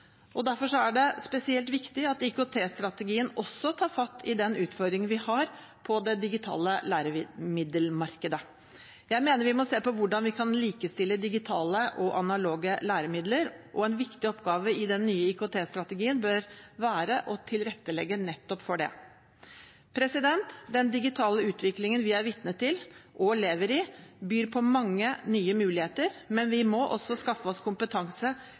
Derfor er det spesielt viktig at IKT-strategien også tar fatt i den utfordringen vi har på det digitale læremiddelmarkedet. Jeg mener vi må se på hvordan vi kan likestille digitale og analoge læremidler, og en viktig oppgave i den nye IKT-strategien bør være å tilrettelegge nettopp for det. Den digitale utviklingen vi er vitne til og lever i, byr på mange nye muligheter, men vi må også skaffe oss kompetanse